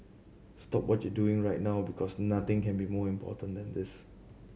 stop what you doing right now because nothing can be more important than this